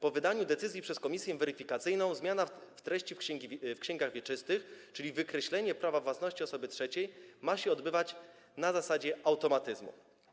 Po wydaniu decyzji przez komisję weryfikacyjną zmiana treści w księgach wieczystych, czyli wykreślenie prawa własności osoby trzeciej, ma się obywać na zasadzie automatyzmu.